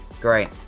great